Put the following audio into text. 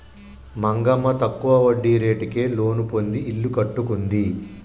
మంగమ్మ తక్కువ వడ్డీ రేటుకే లోను పొంది ఇల్లు కట్టుకుంది